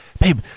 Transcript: babe